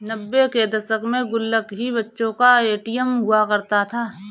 नब्बे के दशक में गुल्लक ही बच्चों का ए.टी.एम हुआ करता था